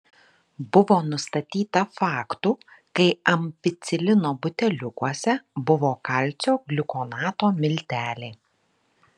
buvo nustatyta faktų kai ampicilino buteliukuose buvo kalcio gliukonato milteliai